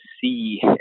see